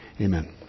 Amen